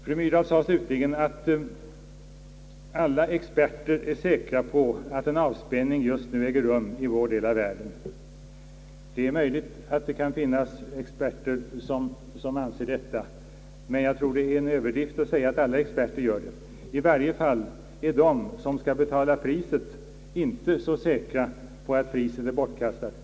Fru Myrdal sade slutligen, att »alla experter är säkra på att en avspänning just nu äger rum i vår del av världen«. Det är möjligt att det finns experter som anser detta, men jag tror det är en överdrift att säga att alla experter gör det. I varje fall är de som skall betala priset för en felbedömning inte så säkra.